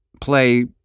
play